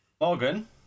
Morgan